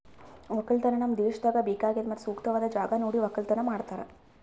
ಒಕ್ಕಲತನ ನಮ್ ದೇಶದಾಗ್ ಬೇಕಾಗಿದ್ ಮತ್ತ ಸೂಕ್ತವಾದ್ ಜಾಗ ನೋಡಿ ಒಕ್ಕಲತನ ಮಾಡ್ತಾರ್